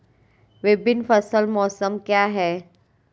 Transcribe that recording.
विभिन्न फसल मौसम क्या हैं?